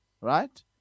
right